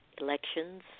elections